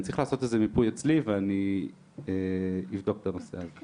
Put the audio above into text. אני צריך לעשות איזה מיפוי אצלי ואני אבדוק את הנושא הזה.